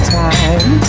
time